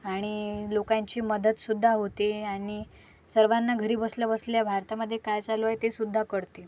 आणि लोकांची मदत सुद्धा होते आणि सर्वांना घरी बसल्या बसल्या भारतामध्ये काय चालू आहे ते सुद्धा कळते